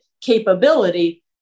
capability